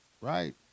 Right